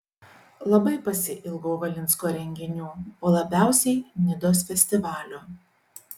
labai pasiilgau valinsko renginių o labiausiai nidos festivalio